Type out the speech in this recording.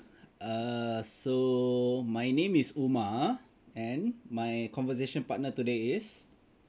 err so my name is Umar and my conversation partner today is